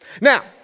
Now